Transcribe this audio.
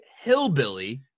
hillbilly